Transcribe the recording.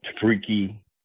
freaky